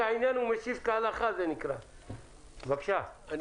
בבקשה, חן.